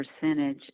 percentage